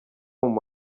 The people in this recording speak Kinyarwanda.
muri